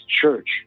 church